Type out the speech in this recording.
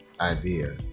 idea